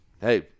hey –